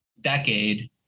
decade